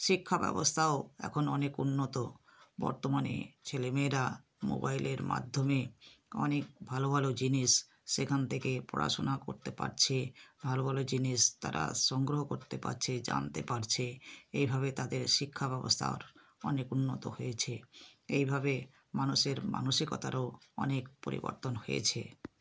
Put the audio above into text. শিক্ষাব্যবস্থাও এখন অনেক উন্নত বর্তমানে ছেলে মেয়েরা মোবাইলের মাধ্যমে অনেক ভালো ভালো জিনিস সেখান থেকে পড়াশোনা করতে পারছে ভালো ভালো জিনিস তারা সংগ্রহ করতে পাচ্ছে জানতে পারছে এভাবে তাদের শিক্ষাব্যবস্থার অনেক উন্নত হয়েছে এইভাবে মানুষের মানসিকতারও অনেক পরিবর্তন হয়েছে